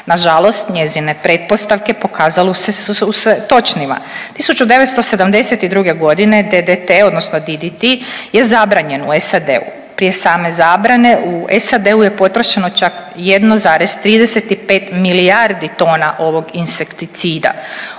Nažalost njezine pretpostavke, pokazalo su se točnima. 1972. g. DDT odnosno DDT je zabranjen u SAD-u. Prije same zabrane, u SAD-u je potrošeno čak 1,35 milijardi tona ovog insekticida.